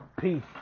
Peace